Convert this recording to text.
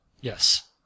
yes